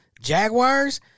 Jaguars